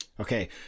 Okay